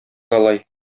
алай